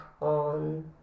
on